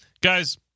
guys